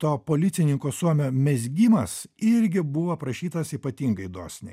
to policininko suomio mezgimas irgi buvo aprašytas ypatingai dosniai